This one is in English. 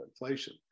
inflation